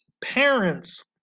parents